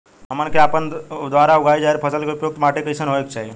हमन के आपके द्वारा उगाई जा रही फसल के लिए उपयुक्त माटी कईसन होय के चाहीं?